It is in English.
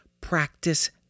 practice